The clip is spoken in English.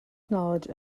knowledge